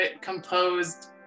composed